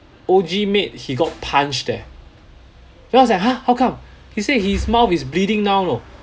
O_G mate he got punched eh then I was like !huh! how come he said his mouth is bleeding now know